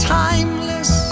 timeless